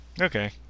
Okay